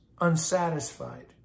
unsatisfied